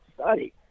study